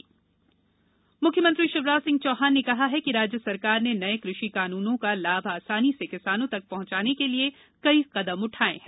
अनुबंध मुख्यमंत्री शिवराज सिंह चौहान ने कहा कि राज्य सरकार ने नये कृषि कानून का लाभ आसानी से किसानों तक पहुंचाने के लिए कई कदम उठाए हैं